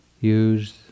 use